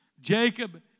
Jacob